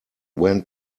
went